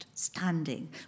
standing